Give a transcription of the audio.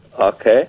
Okay